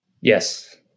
Yes